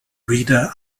reader